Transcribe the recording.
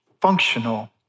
functional